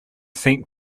saint